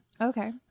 okay